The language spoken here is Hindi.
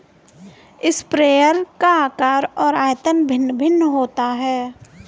स्प्रेयर का आकार और आयतन भिन्न भिन्न होता है